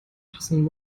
passenden